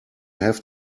have